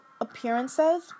appearances